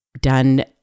done